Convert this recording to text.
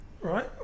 Right